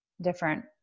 different